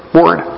word